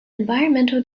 environmental